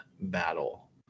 battle